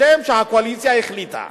בשם זה שהקואליציה החליטה.